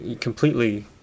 completely